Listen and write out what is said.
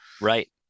right